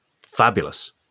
fabulous